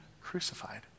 crucified